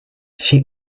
she